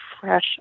Fresh